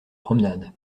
promenade